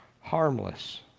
harmless